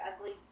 ugly